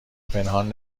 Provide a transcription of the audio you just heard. پنهان